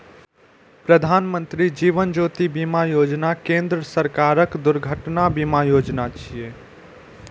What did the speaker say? प्रधानमत्री जीवन ज्योति बीमा योजना केंद्र सरकारक दुर्घटना बीमा योजना छियै